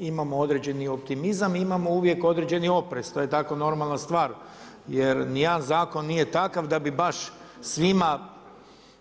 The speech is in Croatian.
Imamo određeni optimizam, imamo uvijek određeni oprez, to je tako normalna stvar jer ni jedan zakon nije takav da bi baš svima